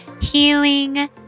healing